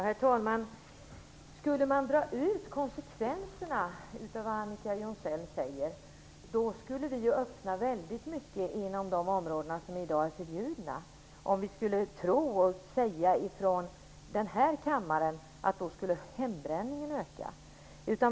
Herr talman! Om man drar konsekvenserna av vad Annika Jonsell säger, skulle det öppna för väldigt mycket som i dag är förbjudet på detta område om vi från den här kammaren skulle tro och säga att hembränningen skulle öka.